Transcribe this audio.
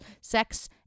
sex